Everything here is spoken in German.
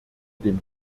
dem